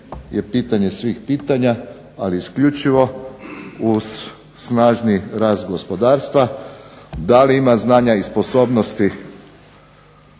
je pitanje svih pitanja ali isključivo uz snažni rast gospodarstva. Da li ima znanja i sposobnosti